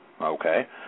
okay